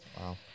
Wow